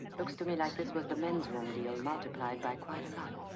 looks to me like this was the men's room deal multiplied by quite a lot.